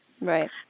Right